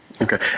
Okay